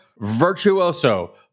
virtuoso